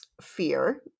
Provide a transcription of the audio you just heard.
fear